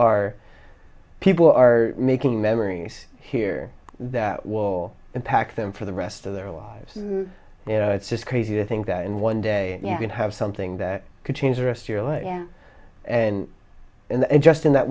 are people are making memories here that will impact them for the rest of their lives you know it's just crazy to think that in one day you can have something that could change the rest year like you and and just in that